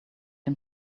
him